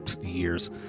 years